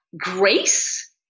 grace